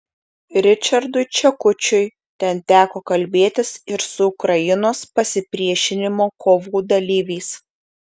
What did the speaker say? ričardui čekučiui ten teko kalbėtis ir su ukrainos pasipriešinimo kovų dalyviais